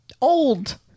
old